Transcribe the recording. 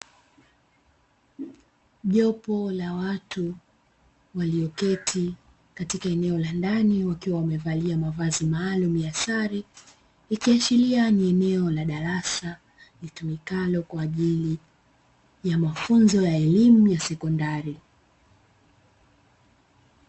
Jopo la watu walioketi katika eneo la ndani wakiwa wamevalia mavazi maalumu ya sare, ikiashiria ni eneo la darasa litumikalo kwaajili ya mafunzo ya elimu ya sekondari.